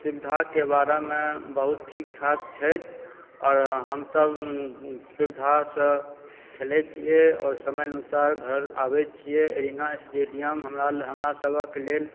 सुविधाके बारेमे बहुत ठीक ठाक छथि आओर हमसब सुविधासँ खेलए छिऐ आओर समय अनुसार घर आबए छिऐ एरिना स्टेडियम हमरा सबहक लेल